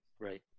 Right